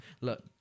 Look